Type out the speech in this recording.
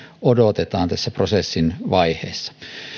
odotetaan tässä prosessin vaiheessa